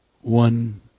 One